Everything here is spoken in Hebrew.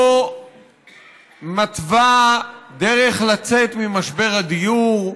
לא מתווה דרך לצאת ממשבר הדיור,